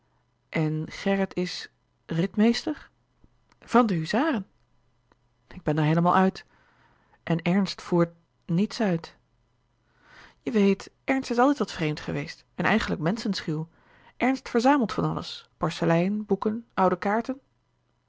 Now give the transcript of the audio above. en gerrit is ritmeester van de huzaren ik ben er heelemaal uit en ernst voert niets uit je weet ernst is altijd wat vreemd geweest en eigenlijk menschenschuw ernst verzamelt van alles porcelein boeken oude kaarten